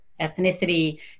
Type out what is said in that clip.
ethnicity